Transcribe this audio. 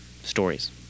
stories